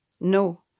No